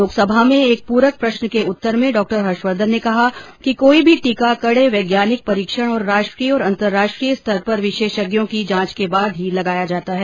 लोकसभा में एक प्रक प्रश्न के उत्तर में डॉ हर्षवर्धन ने कहा कि कोई भी टीका कड़े वैज्ञानिक परीक्षण और राष्ट्रीय और अंतर्राष्ट्रीय स्तर पर विशेषज्ञों की जांच के बाद ही लगाया जाता है